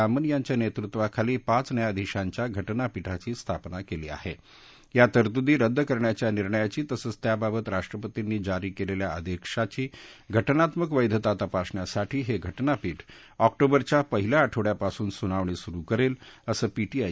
रामन यांच्या नर्तूवाखाली पाच न्यायाधीशांच्या घटनापीठाची स्थापना कली आहा आ तरतूदी रद्द करण्याच्या निर्णयाची तसंच त्याबाबत राष्ट्रपतींनी जारी कलिखा आदधीची घटनात्मक वध्या तपासण्यासाठी हघिटनापीठ ऑक्टोबरच्या पहिल्या आठवड्यापासून सुनावणी सुरु करद्य असं पीटीआयच्या बातमीत म्हटलंय